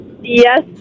Yes